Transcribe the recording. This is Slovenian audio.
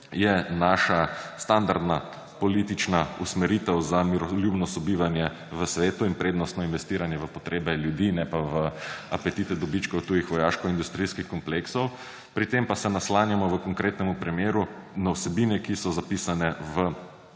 je naša standardna politična usmeritev za miroljubno sobivanje v svetu in prednostno investiranje v potrebe ljudi, ne pa v apetite dobičkov tujih vojaškoindustrijskih kompleksov, pri tem pa se naslanjamo v konkretnem primeru na vsebine, ki so zapisane v